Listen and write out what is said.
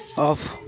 off